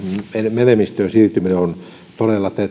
määräenemmistöön siirtyminen on todella